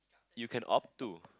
you can opt to